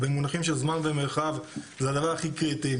במונחים של זמן ומרחב זה הדבר הכי קריטי,